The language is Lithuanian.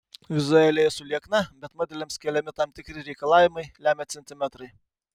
vizualiai esu liekna bet modeliams keliami tam tikri reikalavimai lemia centimetrai